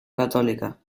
católica